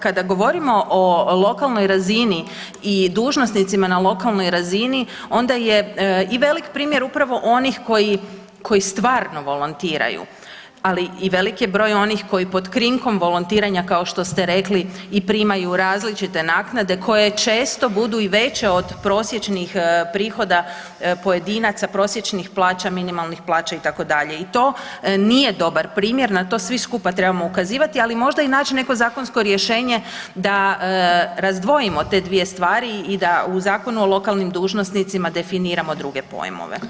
Kada govorimo o lokalnoj razini i dužnosnicima na lokalnoj razini onda je i velik primjer upravo onih koji stvarno volontiraju, ali i velik je broj onih koji pod krinkom volontiranja kao što ste rekli i primaju različite naknade koje često budu i veće od prosječnih prihoda pojedinaca, prosječnih plaća, minimalnih plana itd. i to nije dobar primjer, na to svi skupa trebamo ukazivati, ali možda i naći neko zakonsko rješenje da razdvojimo te dvije stvari i da u Zakonu o lokalnim dužnosnicima definiramo druge pojmove.